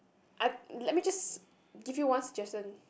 I let me just give you one suggestion